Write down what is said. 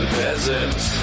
peasants